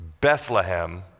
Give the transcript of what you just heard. Bethlehem